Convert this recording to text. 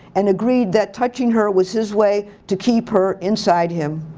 and agreed that touching her was his way to keep her inside him.